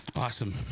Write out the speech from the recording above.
Awesome